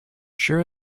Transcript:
sure